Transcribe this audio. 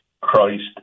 Christ